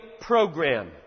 program